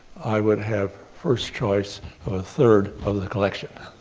i would have first choice of a third of the collection.